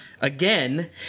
again